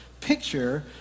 picture